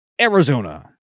Arizona